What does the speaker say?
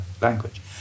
language